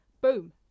boom